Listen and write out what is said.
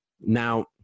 Now